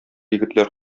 егетләр